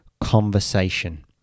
conversation